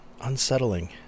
Unsettling